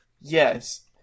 Yes